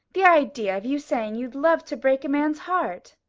the idea of you saying you'd love to break a man's heart!